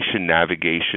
Navigation